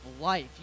life